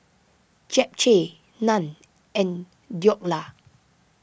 Japchae Naan and Dhokla